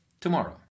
tomorrow